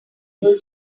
able